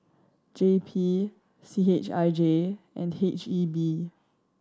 J P C H I J and H E B